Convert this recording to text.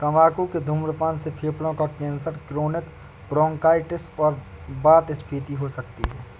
तंबाकू के धूम्रपान से फेफड़ों का कैंसर, क्रोनिक ब्रोंकाइटिस और वातस्फीति हो सकती है